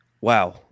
wow